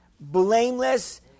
blameless